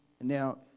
Now